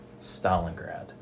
Stalingrad